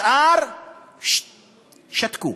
השאר שתקו,